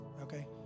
Okay